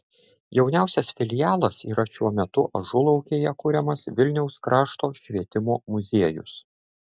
jauniausias filialas yra šiuo metu ažulaukėje kuriamas vilniaus krašto švietimo muziejus